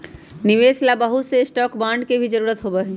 निवेश ला बहुत से स्टाक और बांड के भी जरूरत होबा हई